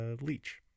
leech